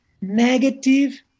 Negative